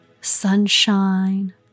sunshine